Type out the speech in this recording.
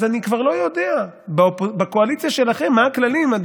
אז אני כבר לא יודע מה הכללים בקואליציה שלכם,